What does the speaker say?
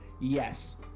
Yes